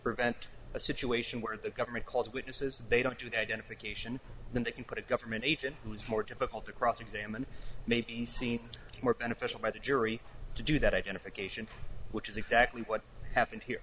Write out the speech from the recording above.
prevent a situation where the government calls witnesses they don't do the identification then they can put a government agent who is more difficult to cross examine may be seen more beneficial by the jury to do that identification which is exactly what happened here